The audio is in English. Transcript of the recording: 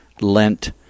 Lent